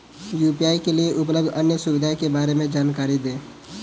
UPI के लिए उपलब्ध अन्य सुविधाओं के बारे में जानकारी दें?